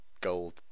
gold